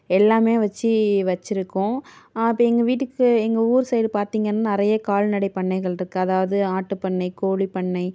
எல்லாமே வச்சி வச்சிருக்கோம் இப்போ எங்கள் வீட்டுக்கு எங்கள் ஊர் சைடு பார்த்திங்கன்னா நிறைய கால்நடை பண்ணைகள் இருக்குது அதாவது ஆட்டுப்பண்ணை கோழிப்பண்ணை